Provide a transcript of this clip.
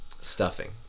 Stuffing